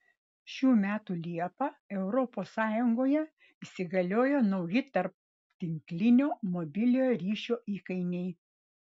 šių metų liepą europos sąjungoje įsigaliojo nauji tarptinklinio mobiliojo ryšio įkainiai